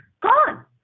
gone